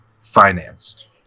financed